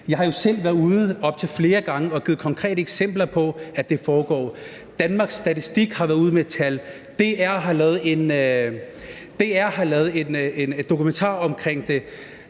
Jeg har jo selv været ude op til flere gange og give konkrete eksempler på, at det foregår. Danmarks Statistik har været ude med tal. DR har lavet en dokumentar om det.